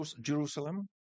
Jerusalem